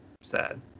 sad